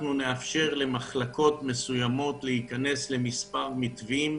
אנחנו נאפשר למחלקות מסוימות להיכנס למספר מתווים.